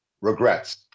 regrets